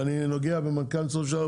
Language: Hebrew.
ואני נוגע במנכ"ל משרד ראש הממשלה,